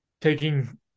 taking